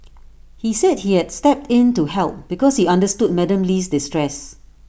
he said he had stepped in to help because he understood Madam Lee's distress